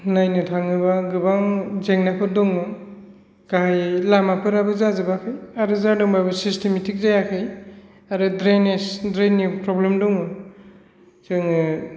नायनो थाङोबा गोबां जेंनाफोर दङ गाहाइ लामाफोराबो जाजोबाखै आरो जादोंबाबो सिस्टेमेटिक जायाखै आरो द्रेइनेस द्रेइन निबो प्रब्लेम दङ जोङो